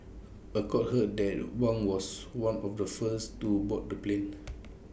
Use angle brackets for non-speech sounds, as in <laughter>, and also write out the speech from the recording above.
A court heard that Wang was one of the first to board the plane <noise>